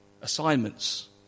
Assignments